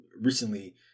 recently